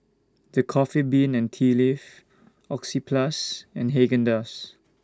The Coffee Bean and Tea Leaf Oxyplus and Haagen Dazs